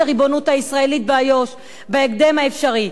הריבונות הישראלית באיו"ש בהקדם האפשרי.